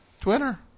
Twitter